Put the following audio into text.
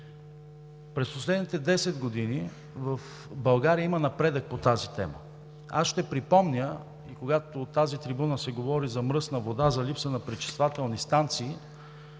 През последните 10 години в България има напредък по тази тема. Аз ще припомня, когато от тази трибуна се говори за мръсна вода, за липса на пречиствателни станции,